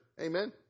Amen